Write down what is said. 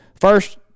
First